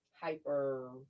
hyper